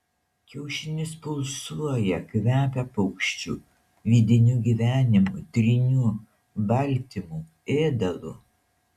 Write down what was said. kiaušinis pulsuoja kvepia paukščiu vidiniu gyvenimu tryniu baltymu ėdalu